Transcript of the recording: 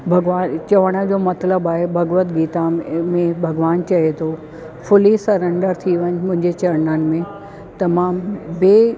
भॻवानु चवण जो मतिलबु आहे भगवत गीता में भॻवानु चए थो फुली सरैंडर थी वञ मुंहिंजे चड़ननि में तमामु ॿिए